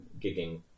gigging